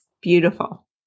beautiful